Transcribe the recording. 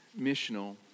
missional